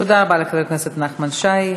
תודה רבה לחבר הכנסת נחמן שי.